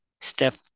Step